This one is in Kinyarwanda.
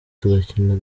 tugakina